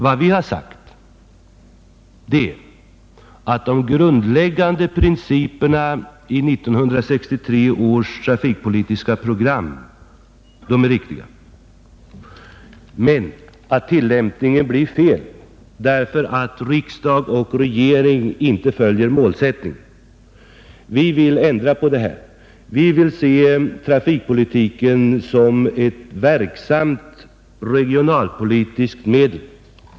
Vad vi sagt är att de grundläggande principerna i 1963 års trafikpolitiska program är riktiga men att tillämpningen är felaktig därför att riksdag och regering inte följer målsättningen. Vi vill ändra på detta — vi vill se trafikpolitiken som ett verksamt regionalpolitiskt medel.